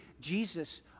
Jesus